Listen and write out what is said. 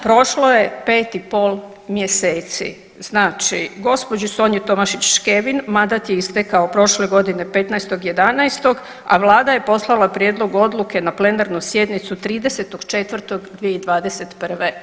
Prošlo je pet i pol mjeseci, znači gospođi Sonji Tomašić Škevin mandat je istekao prošle godine 15.11., a vlada je poslala prijedlog odluke na plenarnu sjednicu 30.4. 2021.